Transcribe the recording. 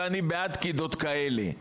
ואני בעד קידות כאלה,